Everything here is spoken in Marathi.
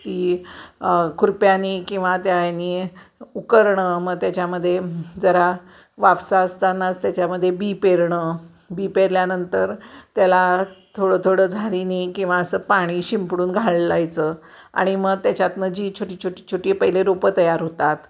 ती खुर्प्यानी किंवा त्यानी उकरणं मग त्याच्यामध्ये जरा वाफसा असतानाच त्याच्यामध्ये बी पेरणं बी पेरल्यानंतर त्याला थोडं थोडं झारीने किंवा असं पाणी शिंपडून घालायचं आणि मग त्याच्यातून जी छोटी छोटी छोटी पहिले रोपं तयार होतात